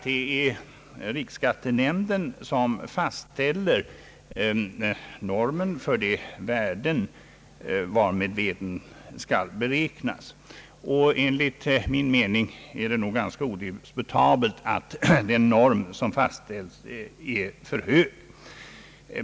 Det är riksskattenämnden som fastställer normen för de värden efter vilka veden skall beräknas, och enligt min mening är det odiskutabelt att den fastställda normen är för hög.